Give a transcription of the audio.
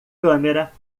câmera